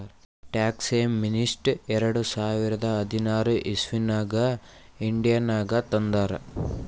tax amnesty ಎರಡ ಸಾವಿರದ ಹದಿನಾರ್ ಇಸವಿನಾಗ್ ಇಂಡಿಯಾನಾಗ್ ತಂದಾರ್